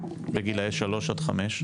בגיל 3 עד 5?